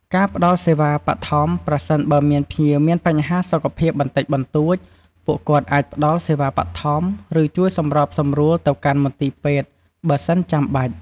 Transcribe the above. ការត្រួតពិនិត្យភាពស្អាតនៃចំណីអាហារ ពុទ្ធបរិស័ទយកចិត្តទុកដាក់ខ្ពស់ចំពោះភាពស្អាត និងសុវត្ថិភាពនៃចំណីអាហារដែលបានរៀបចំជូនភ្ញៀវ។